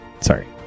Sorry